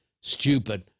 stupid